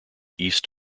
east